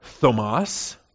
thomas